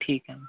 ठीक आहे